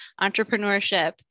entrepreneurship